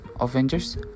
Avengers